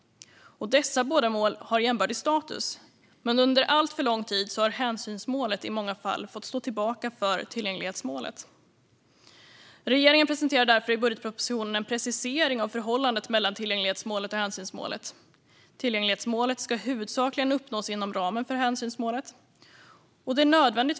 Dessa båda mål har jämbördig status, men under alltför lång tid har hänsynsmålet i många fall fått stå tillbaka för tillgänglighetsmålet. Regeringen presenterar därför i budgetpropositionen en precisering av förhållandet mellan tillgänglighetsmålet och hänsynsmålet. Tillgänglighetsmålet ska huvudsakligen uppnås inom ramen för hänsynsmålet.